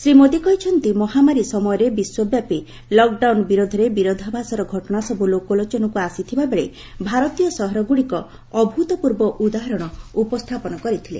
ଶ୍ରୀ ମୋଦି କହିଛନ୍ତି ମହାମାରୀ ସମୟରେ ବିଶ୍ୱବ୍ୟାପୀ ଲକ୍ଡାଉନ୍ ବିରୋଧରେ ବିରୋଧାଭାସର ଘଟଣାସବୁ ଲୋକଲୋଚନକୁ ଆସିଥିବାବେଳେ ଭାରତୀୟ ସହରଗୁଡିକ ଅଭ୍ଚତ୍ପର୍ବ ଉଦାହରଣ ଉପସ୍ଥାପନ କରିଥିଲେ